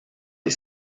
les